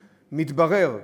מתברר,